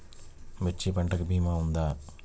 మిర్చి పంటకి భీమా ఉందా?